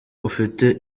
ufite